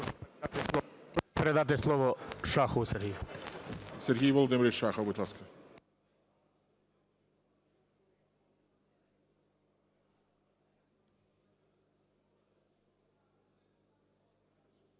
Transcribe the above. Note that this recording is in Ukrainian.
передати слово Шахову Сергію.